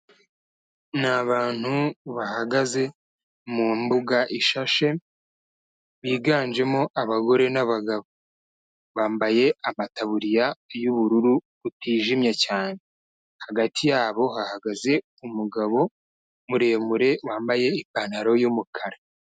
Ni abantu bahagaze mu mbuga ishashe, biganjemo abagore n'abagabo, bambaye amataburiya y'ubururu butijimye cyane, hagati yabo hahagaze umugabo muremure wambaye ipantaro y'umukara.